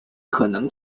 可能